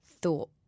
thought